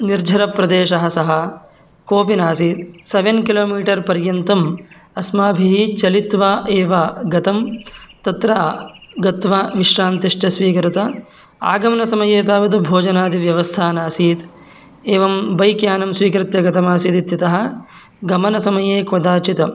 निर्जनप्रदेशः सः कोऽपि नासीत् सेवेन् किलोमीटर् पर्यन्तम् अस्माभिः चलित्वा एव गतं तत्र गत्वा विश्रान्तिः स्वीकृता आगमनसमये तावत् भोजनादिव्यवस्था नासीत् एवं बैक् यानं स्वीकृत्य गतमासीत् इत्यतः गमनसमये कदाचित्